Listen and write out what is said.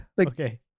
Okay